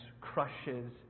crushes